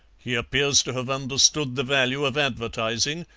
he appears to have understood the value of advertising,